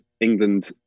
England